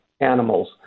animals